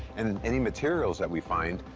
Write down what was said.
and any materials that we find,